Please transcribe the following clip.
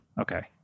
Okay